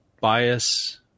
bias